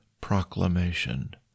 Proclamation